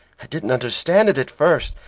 i didn't understand it at first.